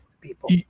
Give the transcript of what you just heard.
people